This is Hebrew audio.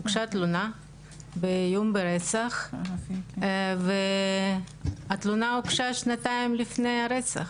הוגשה תלונה באיום ברצח והתלונה הוגשה שנתיים לפני הרצח.